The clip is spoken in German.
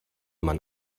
man